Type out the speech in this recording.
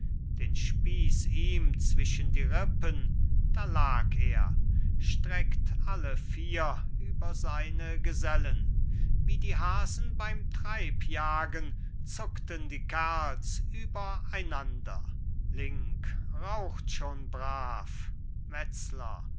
den spieß ihm zwischen die rippen da lag er streckt alle vier über seine gesellen wie die hasen beim treibjagen zuckten die kerls übereinander link raucht schon brav metzler